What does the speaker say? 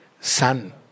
son